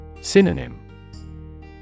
Synonym